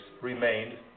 remained